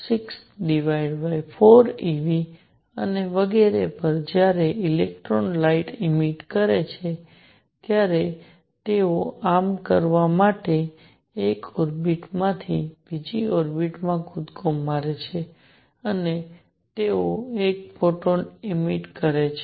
64 eV અને વગેરે પર જ્યારે ઇલેક્ટ્રોન લાઇટ ઈમિટ કરે છે ત્યારે તેઓ આમ કરવામાં એક ઓર્બિટ માંથી બીજી ઓર્બિટ માં કૂદકો મારે છે ત્યારે તેઓ એક ફોટોન ઈમિટ કરે છે